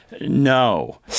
No